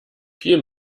viel